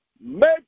Make